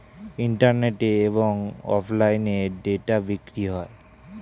ইন্টারনেটে এবং অফলাইনে ডেটা বিক্রি হয়